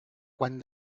quan